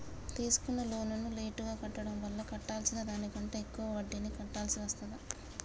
తీసుకున్న లోనును లేటుగా కట్టడం వల్ల కట్టాల్సిన దానికంటే ఎక్కువ వడ్డీని కట్టాల్సి వస్తదా?